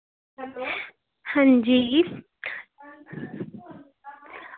अंजी